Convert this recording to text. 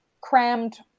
crammed